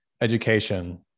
education